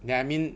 then I mean